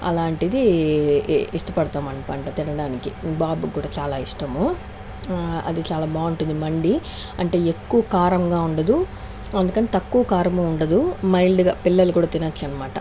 అలాంటిది ఇ ఇష్టపడతాం అనమాట తినడానికి బాబుకి కూడా చాలా ఇష్టము అది చాలా బాగుంటుంది మండి అంటే ఎక్కువ కారంగా ఉండదు అందుకనే తక్కువ కారం ఉండదు మైల్డ్గా పిల్లలు కూడా తినొచ్చు అనమాట